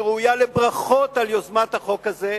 והיא ראויה לברכות על יוזמת החוק הזה,